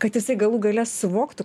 kad jisai galų gale suvoktų